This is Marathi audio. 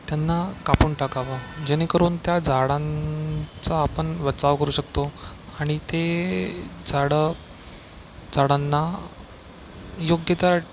त्यांना कापून टाकावं जेणेकरून त्या झाडांचा आपण बचाव करू शकतो आणि ते झाडं झाडांना योग्य त्या